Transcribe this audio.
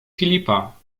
filipa